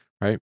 right